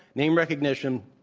name recognition,